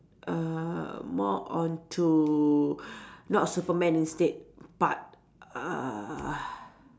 err more onto not Superman instead but uh